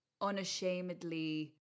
unashamedly